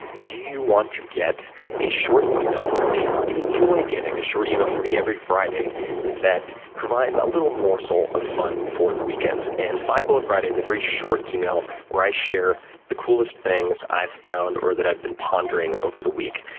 do you want to get a short email from me, would you enjoy getting a short email from me every friday that provides a little more soul of fun before the weekend? and five bullet friday is a very short email where i share the coolest things i've found or that i've been pondering over the week.